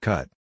Cut